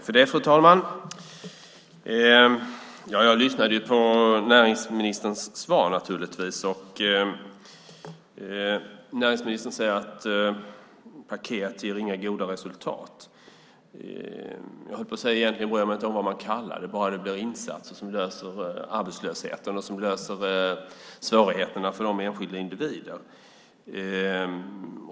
Fru talman! Jag lyssnade naturligtvis på näringsministerns svar. Näringsministern säger att paket inte ger goda resultat. Jag höll på att säga att jag egentligen inte bryr mig om vad det kallas. Huvudsaken är att det blir insatser som löser arbetslösheten och som löser svårigheterna för enskilda individer.